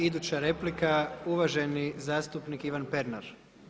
Iduća replika uvaženi zastupnik Ivan Pernar.